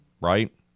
right